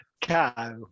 cow